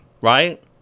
right